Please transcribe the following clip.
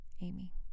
Amy